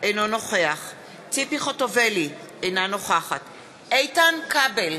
אינו נוכח ציפי חוטובלי, אינה נוכחת איתן כבל,